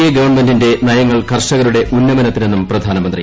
A ഗുവ്യൺമെന്റിന്റെ നയങ്ങൾ കർഷകരുടെ ഉന്നമനത്തിന്നും പ്രധാനമന്ത്രി